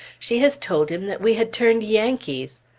she has told him that we had turned yankees!